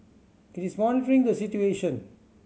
it is monitoring the situation